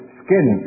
skin